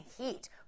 heat